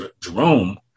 Jerome